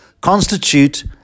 constitute